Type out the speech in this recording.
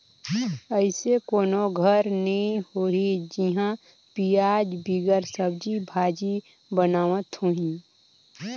अइसे कोनो घर नी होही जिहां पियाज बिगर सब्जी भाजी बनावत होहीं